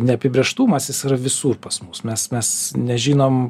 neapibrėžtumas jis yra visur pas mus mes mes nežinom